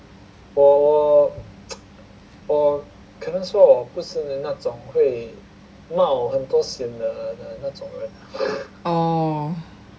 orh